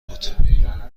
بود